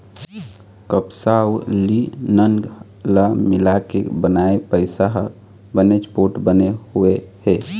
कपसा अउ लिनन ल मिलाके बनाए पइसा ह बनेच पोठ बने हुए हे